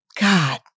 God